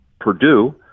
Purdue